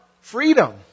freedom